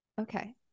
Okay